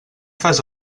fas